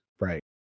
Right